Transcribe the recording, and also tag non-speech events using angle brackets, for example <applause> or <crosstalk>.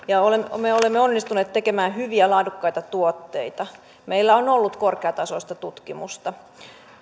<unintelligible> ja me olemme onnistuneet tekemään hyviä laadukkaita tuotteita meillä on ollut korkeatasoista tutkimusta